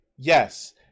Yes